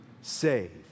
save